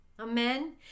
Amen